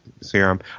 serum